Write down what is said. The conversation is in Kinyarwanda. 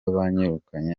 banyirukanye